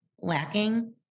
lacking